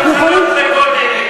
זה לא שלוש דקות,